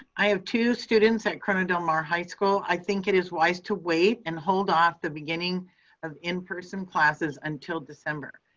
i have two students at corona del mar high school. i think it is wise to wait and hold off the beginning of in-person classes until december.